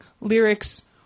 lyrics